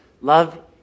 Love